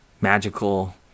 magical